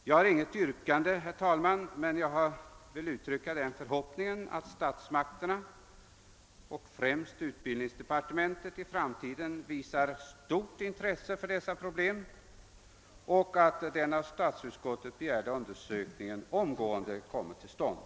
Jag har inget yrkande, men jag vill uttrycka den förhoppningen, att statsmakterna, främst utbildningsdepartementet, i framtiden visar större intresse för dessa problem och att den av statsutskottet begärda undersökningen omgående kommer till stånd.